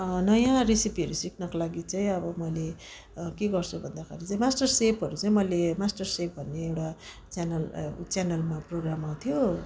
नयाँ रेसिपीहरू सिक्नको लागि चाहिँ अब मैले के गर्छु भन्दाखेरि चाहिँ मास्टरसेफहरू चाहिँ मैले मास्टरसेफ भन्ने एउटा च्यानल च्यानलमा प्रोग्राम आउँथ्यो र